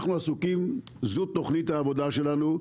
אנחנו עסוקים וזו תוכנית העבודה שלנו.